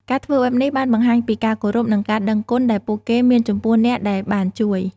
ការធ្វើបែបនេះបានបង្ហាញពីការគោរពនិងការដឹងគុណដែលពួកគេមានចំពោះអ្នកដែលបានជួយ។